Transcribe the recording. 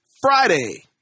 Friday